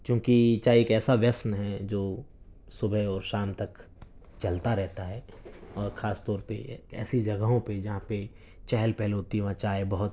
چوں کہ چائے ایک ویسن ہے جو صبح اور شام تک چلتا رہتا ہے اور خاص طور پہ ایسی جگہوں پہ جہاں پہ چہل پہل ہوتی ہے وہاں چائے بہت